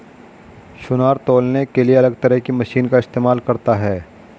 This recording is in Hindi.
सुनार तौलने के लिए अलग तरह की मशीन का इस्तेमाल करता है